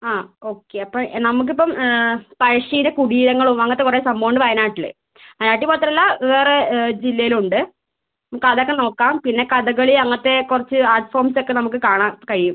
ആ ഓക്കെ അപ്പം നമുക്കിപ്പം പഴശ്ശിയുടെ കുടീരങ്ങളും അങ്ങനത്തെ കുറേ സംഭവം ഉണ്ട് വയനാട്ടിൽ വായനാട്ടിൽ മാത്രമല്ല വേറെ ജില്ലയിലും ഉണ്ട് നമുക്ക് അതൊക്കെ നോക്കാം പിന്നെ കഥകളി അങ്ങനത്തെ കുറച്ച് ആർട്ട് ഫോംസ് ഒക്കെ നമുക്ക് കാണാൻ കഴിയും